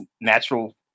natural